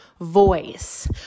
voice